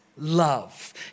love